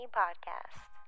podcast